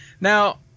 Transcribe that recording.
Now